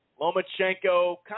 Lomachenko